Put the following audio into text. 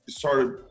started